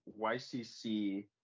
YCC